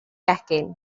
gegin